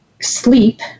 sleep